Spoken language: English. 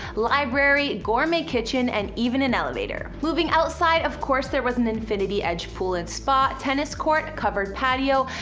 library, gourmet kitchen, and even an elevator. moving outside, of course there was an infinity edge pool and spa, tennis court, covered patio,